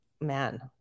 man